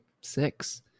six